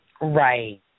Right